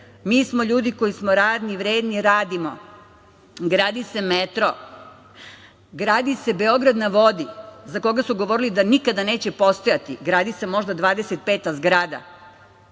smo ljudi koji smo radni, vredni, radimo. Gradi se metro. Gradi se "Beograd na vodi", za koga su govorili da nikada neće postojati. Gradi se možda 25 zgrada.